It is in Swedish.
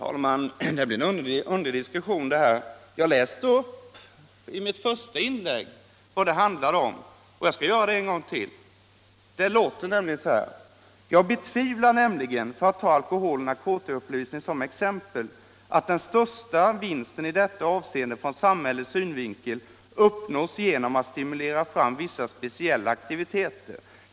Herr talman! Detta är en underlig diskussion. I mitt första inlägg läste jag upp vad uttalandet handlade om, och nu skall jag göra det en gång till. Uttalandet lyder så här: ”Jag betvivlar nämligen — för att ta alkoholoch narkotikaupplysningen som exempel — att den största vinsten i detta avseende från samhällets synvinkel uppnås genom att stimulera fram vissa speciella aktiviteter.